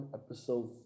episode